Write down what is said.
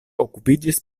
okupiĝis